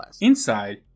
Inside